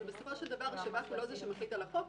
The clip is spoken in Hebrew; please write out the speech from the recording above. אבל בסופו של דבר השב"כ הוא לא זה שמחליט על החוק,